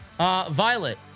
Violet